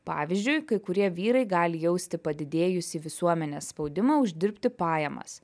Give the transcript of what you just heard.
pavyzdžiui kai kurie vyrai gali jausti padidėjusį visuomenės spaudimą uždirbti pajamas